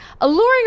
alluring